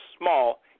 small